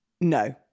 no